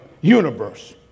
universe